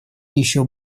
еще